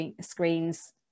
screens